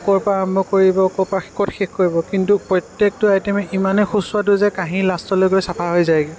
ক'ৰ পৰা আৰম্ভ কৰিব ক'ৰপা শে ক'ত শেষ কৰিব কিন্তু প্ৰত্য়েকটো আইটেম ইমানেই সুস্বাদু যে কাঁহী লাষ্টলৈকে চাফা হৈ যায়গৈ